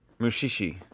Mushishi